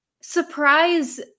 surprise